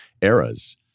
eras